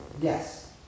yes